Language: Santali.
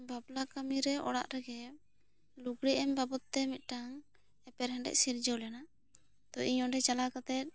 ᱵᱟᱯᱞᱟ ᱠᱟᱹᱢᱤ ᱨᱮ ᱚᱲᱟᱜ ᱨᱮᱜᱮ ᱞᱩᱜᱽᱲᱤ ᱮᱢ ᱵᱟᱵᱚᱛ ᱛᱮ ᱢᱤᱫᱴᱟᱝ ᱮᱯᱮᱨᱦᱮᱸᱰᱮᱡ ᱥᱤᱨᱡᱟᱹᱣ ᱞᱮᱱᱟ ᱛᱚ ᱤᱧ ᱚᱸᱰᱮ ᱪᱟᱞᱟᱣ ᱠᱟᱛᱮ